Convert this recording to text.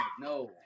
no